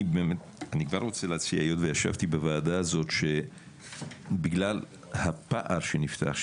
אני רוצה להציע, בגלל הפער שנפתח,